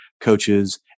coaches